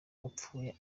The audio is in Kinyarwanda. upfuye